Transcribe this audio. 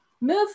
move